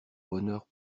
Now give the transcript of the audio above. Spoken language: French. bonheur